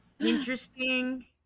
Interesting